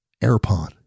airpod